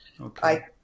Okay